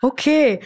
Okay